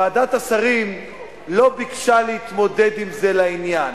ועדת השרים לא ביקשה להתמודד עם זה לעניין.